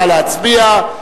נא להצביע.